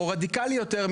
או רדיקלי יותר,